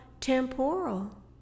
temporal